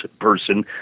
person